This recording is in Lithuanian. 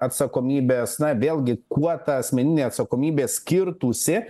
atsakomybės na vėlgi kuo ta asmeninė atsakomybė skirtųsi